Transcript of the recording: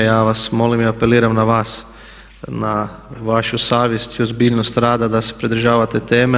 Ja vas molim i apeliram na vas, na vašu savjest i ozbiljnost rada da se pridržavate teme.